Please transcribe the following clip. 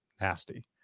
nasty